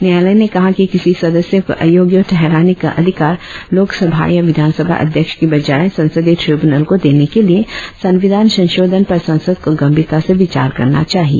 न्यायालय ने कहा कि किसी सदस्य को अयोग्य ठहराने का अधिकार लोकसभा या विधानसभा अध्यक्ष की बजाए संसदीय ट्रिब्यूनल को देने के लिए संविधान संशोधन पर संसद को गंभीरता से विचार करना चाहिए